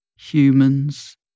humans